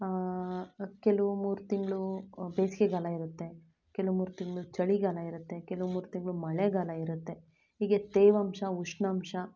ಕೆಲವು ಮೂರು ತಿಂಗಳು ಬೇಸಿಗೆಗಾಲ ಇರುತ್ತೆ ಕೆಲವು ಮೂರು ತಿಂಗಳು ಚಳಿಗಾಲ ಇರುತ್ತೆ ಕೆಲವು ಮೂರು ತಿಂಗಳು ಮಳೆಗಾಲ ಇರುತ್ತೆ ಹೀಗೆ ತೇವಾಂಶ ಉಷ್ಣಾಂಶ